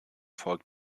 volk